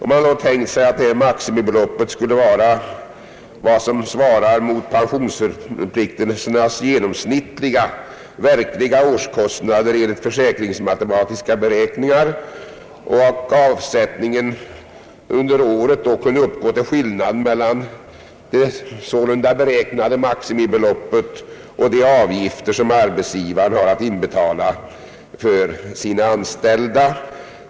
Man har tänkt sig att detta maximibelopp skulle vara vad som svarar mot pensionsförpliktelsernas genomsnittliga verkliga årskostnader enligt försäkringsmatematiska beräkningar och att avsättningen under året då kunde uppgå till skillnaden mellan det sålunda beräknade maximibeloppet och de avgifter som arbetsgivaren har att inbetala för sina anställda.